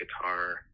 guitar